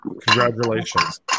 Congratulations